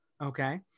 Okay